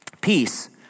Peace